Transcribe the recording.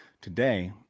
today